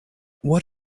what